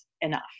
enough